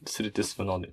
sritis vienodai